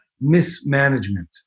mismanagement